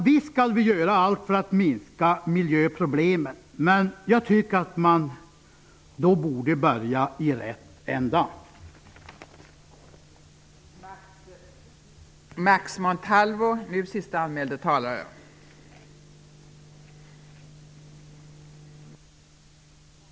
Visst skall vi göra allt för att minska miljöproblemen, men då skall man börja i rätt ända, tycker jag.